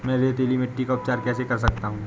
मैं रेतीली मिट्टी का उपचार कैसे कर सकता हूँ?